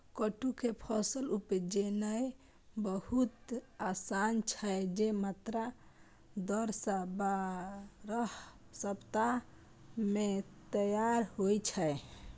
कट्टू के फसल उपजेनाय बहुत आसान छै, जे मात्र दस सं बारह सप्ताह मे तैयार होइ छै